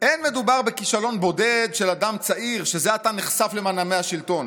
"אין מדובר בכישלון בודד של אדם צעיר שזה עתה נחשף למנעמי השלטון,